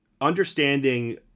understanding